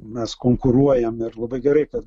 mes konkuruojam ir labai gerai kad